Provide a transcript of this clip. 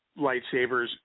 lightsabers